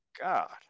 god